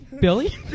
Billy